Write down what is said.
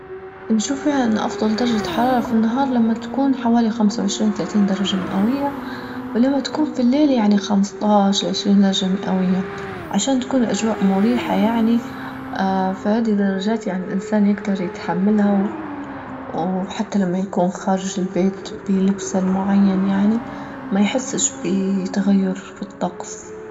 نشوف فيها أن أفضل درجة حرارة في النهار لما تكون حوالي خمسة وعشرين تلاتين درجة مئوية، ولما تكون في الليل يعني خمسطعش عشرين درجة مئوية، عشان تكون الأجواء مريحة يعني اه في عدة درجات يعني الانسان يجدر يتحملها وحتى لما يكون خارج البيت بيلبس المعين يعني ما يحسش بتغير في الطقس.